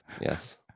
yes